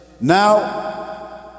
Now